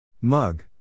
Mug